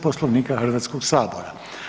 Poslovnika Hrvatskoga sabora.